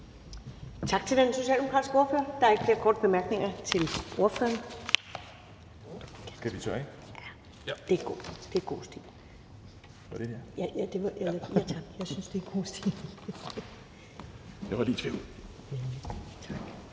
Tak til den socialdemokratiske ordfører. Der er ikke flere korte bemærkninger til ordføreren.